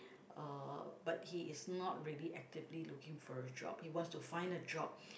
uh but he is not really actively looking for a job he wants to find a job